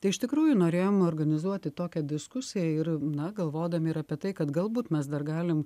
tai iš tikrųjų norėjom organizuoti tokią diskusiją ir na galvodami ir apie tai kad galbūt mes dar galim